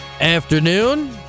afternoon